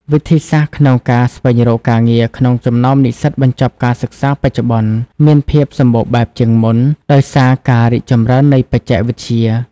វិធីសាស្ត្រក្នុងការរស្វែងរកការងារក្នុងចំណោមនិស្សិតបញ្ចប់ការសិក្សាបច្ចុប្បន្ន មានភាពសម្បូរបែបជាងមុន ដោយសារការរីកចម្រើននៃបច្ចេកវិទ្យា។